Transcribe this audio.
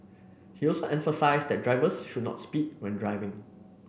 he also emphasised that drivers should not speed when driving